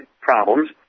problems